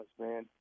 man